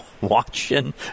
watching